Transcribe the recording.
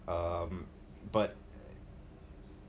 um but